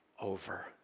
over